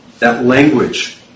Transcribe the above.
language